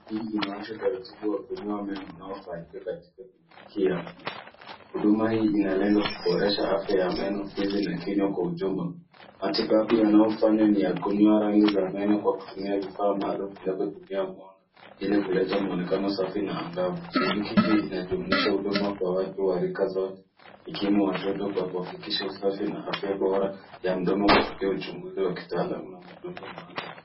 Hii inaonyesha utaratibu wa kung'oa meno unaofanyika katika kliniki ya meno. Huduma hii inalenga kuboresha afya ya meno, ufizi na kinywa kwa ujumla. Matibabu yanayofanywa ni ya kunoa rangi za meno kwa kutumia vifaa maalum vinavyotumia mwanga ili kuleta muonekano safi na angavu. Kliniki hii inajumuisha huduma kwa watu wa rika zote ikiwemo watoto kwa kuhakikisha usafi na afya bora ya mdomo kupiti uchunguzi wa kitaalamu na matunzo maalum.